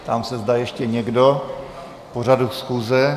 Ptám se, zda ještě někdo k pořadu schůze?